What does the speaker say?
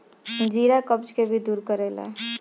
जीरा कब्ज के भी दूर करेला